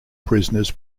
prisoners